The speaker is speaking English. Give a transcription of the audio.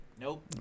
Nope